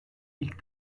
i̇lk